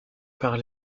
par